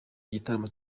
gitaramo